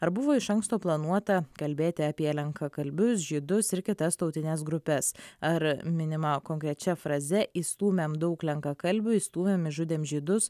ar buvo iš anksto planuota kalbėti apie lenkakalbius žydus ir kitas tautines grupes ar minima konkrečia fraze išstūmėm daug lenkakalbių išstūmėm išžudėm žydus